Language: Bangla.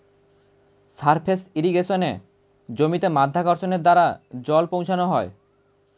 সারফেস ইর্রিগেশনে জমিতে মাধ্যাকর্ষণের দ্বারা জল পৌঁছানো হয়